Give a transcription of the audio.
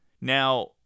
Now